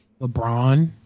LeBron